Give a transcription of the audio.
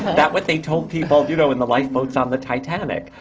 that what they told people, you know, in the lifeboats on the titanic?